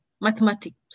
mathematics